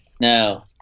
No